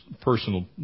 personal